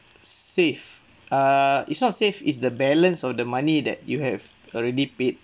save err it's not save it's the balance of the money that you have already paid